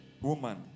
woman